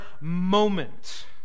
moment